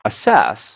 assess